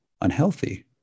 unhealthy